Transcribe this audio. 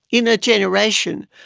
in a generation,